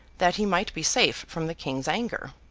that he might be safe from the king's anger.